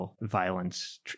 violence